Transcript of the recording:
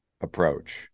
approach